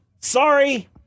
Sorry